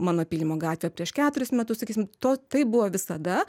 mano pylimo gatvė prieš keturis metus sakysim to taip buvo visada